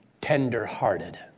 tender-hearted